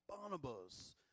Barnabas